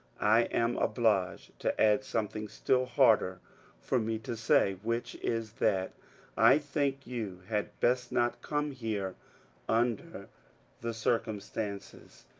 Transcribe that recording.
i am obliged to add something still harder for me to say which is, that i think you had best not come here under the circumstances,